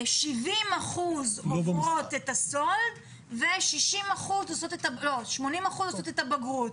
70% עושות את הסולד ו-80% עושות את הבגרות,